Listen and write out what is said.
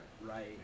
right